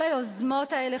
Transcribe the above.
כל היוזמות האלה,